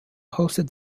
hosted